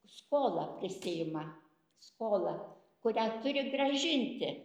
skolą prisiima skolą kurią turi grąžinti